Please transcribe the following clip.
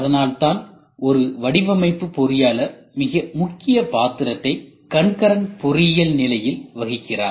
அதனால்தான் ஒரு வடிவமைப்பு பொறியாளர் மிக முக்கியமான பாத்திரத்தை கண்கரண்ட் பொறியியலில் நிலையில் வகிக்கிறார்